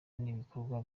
n’ibikorwa